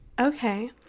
okay